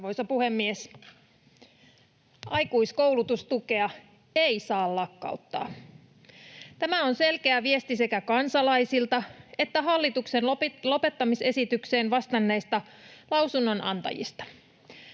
Arvoisa puhemies! Aikuiskoulutustukea ei saa lakkauttaa. Tämä on selkeä viesti sekä kansalaisilta että hallituksen lopettamisesitykseen vastanneilta lausunnonantajilta.